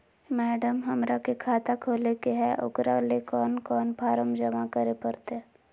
Madam, हमरा के खाता खोले के है उकरा ले कौन कौन फारम जमा करे परते?